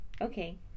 Okay